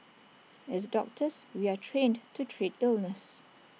as doctors we are trained to treat illness